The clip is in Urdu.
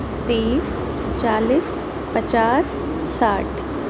بیس تیس چالیس پچاس ساٹھ